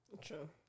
True